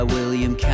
William